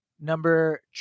number